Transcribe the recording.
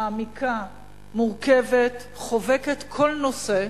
מעמיקה, מורכבת, חובקת כל נושא,